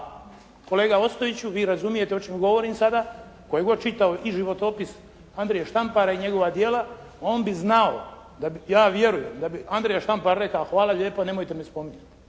a kolega Ostojiću vi razumijete o čemu govorim sada, tko je god čitao i životopis Andrije Štampara i njegova djela, on bi znao ja vjerujem, da bi Andrija Štampar rekao hvala lijepa nemojte me spominjati.